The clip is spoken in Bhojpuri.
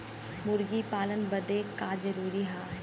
मुर्गी पालन बदे का का जरूरी ह?